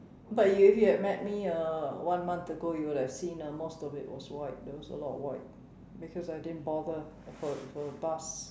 but if you had met me uh one month ago you would have seen uh most of it was white there was a lot of white because I didn't bother for for the past